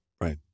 Right